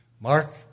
Mark